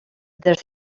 des